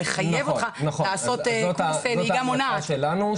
מחויבים לעשות קורס נהיגה מונעת,